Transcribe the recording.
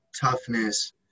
toughness